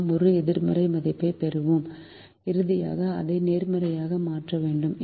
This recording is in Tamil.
நாம் ஒரு எதிர்மறை மதிப்பைப் பெறுவோம் இறுதியாக அதை நேர்மறையாக மாற்ற வேண்டும்